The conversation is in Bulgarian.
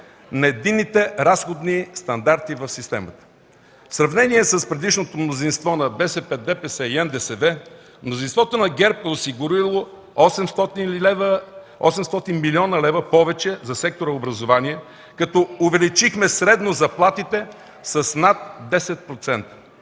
на единните разходни стандарти в системата. В сравнение с предишното мнозинство на БСП, ДПС и НДСВ, мнозинството на ГЕРБ е осигурило 800 млн. лв. повече за сектора „Образование”, като увеличихме средно заплатите с над 10%.